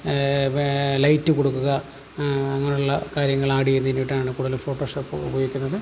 light കൊടുക്കുക അങ്ങനെയുള്ള കാര്യങ്ങൾ ആഡ് ചെയ്യുന്നതിന് വേണ്ടിയിട്ടാണ് കൂടുതൽ ഫോട്ടോഷോപ്പ് ഉപയോഗിക്കുന്നത്